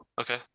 Okay